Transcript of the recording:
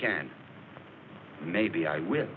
can maybe i will